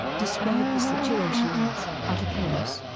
described the situation as utter chaos.